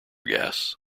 gas